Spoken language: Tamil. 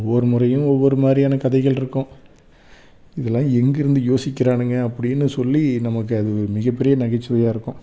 ஒவ்வொரு முறையும் ஒவ்வொரு மாதிரியான கதைகளிருக்கும் இதெல்லாம் எங்கிருந்து யோசிக்கிறானுங்க அப்படின்னு சொல்லி நமக்கு அது ஒரு மிகப்பெரிய நகைச்சுவையாக இருக்கும்